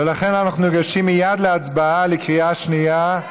ולכן אנחנו ניגשים מייד להצבעה בקריאה שנייה.